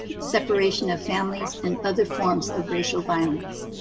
separation of families, and other forms of racial violence